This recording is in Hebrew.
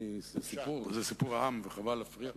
זה סיפור עם, וחבל להפריע.